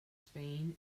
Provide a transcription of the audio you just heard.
spain